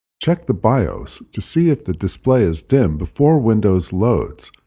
check the bios to see if the display is dim before windows loads,